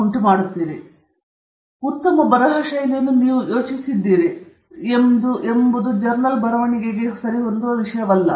ಹಾಗಾಗಿ ಉತ್ತಮ ಬರಹ ಶೈಲಿಯನ್ನು ನೀವು ಯೋಚಿಸಿದ್ದೀರಿ ಎಂಬುದು ಜರ್ನಲ್ ಬರವಣಿಗೆಯಲ್ಲಿ ಸರಿಹೊಂದುವ ವಿಷಯವಲ್ಲ